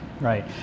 Right